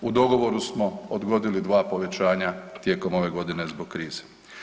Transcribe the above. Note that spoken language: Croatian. U dogovoru smo odgodili dva povećanja tijekom ove godine zbog krize.